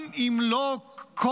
גם אם לא כל